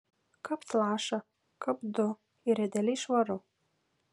kapt lašą kapt du ir idealiai švaru